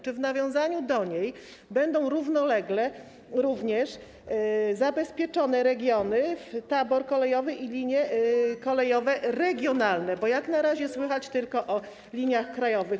Czy w nawiązaniu do niej będą równolegle również zabezpieczone regiony w tabor kolejowy i linie kolejowe regionalne, bo jak na razie słychać tylko o liniach krajowych?